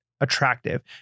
attractive